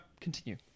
Continue